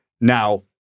Now-